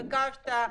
ביקשת,